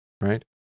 right